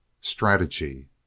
STRATEGY